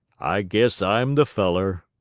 i guess i'm the feller,